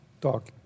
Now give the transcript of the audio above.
talk